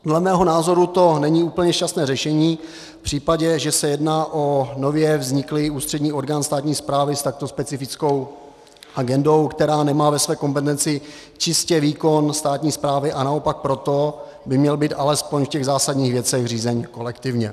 Dle mého názoru to není úplně šťastné řešení v případě, že se jedná o nově vzniklý ústřední orgán státní správy s takto specifickou agendou, která nemá ve své kompetenci čistě výkon státní správy, a naopak proto by měl být alespoň v těch zásadních věcech řízen kolektivně.